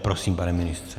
Prosím, pane ministře.